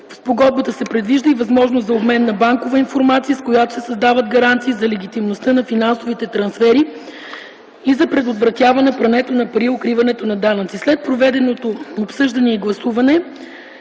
спогодбата се предвижда и възможност за обмен на банкова информация, с която се създават гаранции за легитимността на финансовите трансфери и за предотвратяване прането на пари и укриването на данъци. След проведеното обсъждане и гласуване